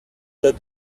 that